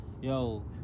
yo